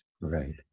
right